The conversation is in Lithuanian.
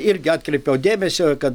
irgi atkreipiau dėmesio kad